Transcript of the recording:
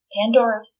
Pandora